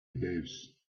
behaves